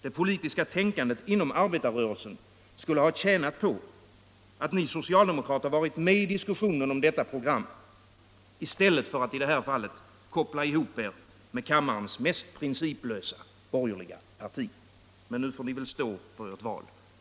Det politiska tänkandet inom arbetarrörelsen skulle ha tjänat på att ni socialdemokrater varit med i diskussionen om detta program i stället för att koppla ihop er med kammarens mest principlösa borgerliga parti. Men nu får ni väl stå för ert val.